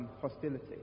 hostility